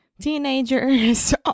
teenagers